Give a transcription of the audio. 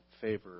favor